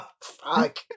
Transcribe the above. fuck